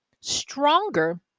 stronger